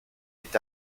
est